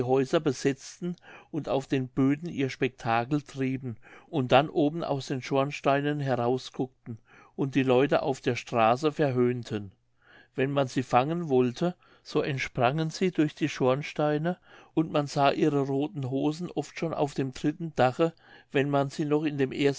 häuser besetzten und auf den böden ihr spektakel trieben und dann oben aus den schornsteinen herausguckten und die leute auf der straße verhöhnten wenn man sie fangen wollte so entsprangen sie durch die schornsteine und man sah ihre rothen hosen oft schon auf dem dritten dache wenn man sie noch in dem